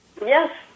Yes